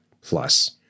Plus